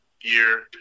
year